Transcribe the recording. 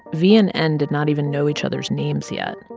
v and n did not even know each other's names yet.